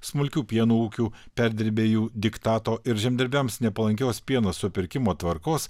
smulkių pieno ūkių perdirbėjų diktato ir žemdirbiams nepalankios pieno supirkimo tvarkos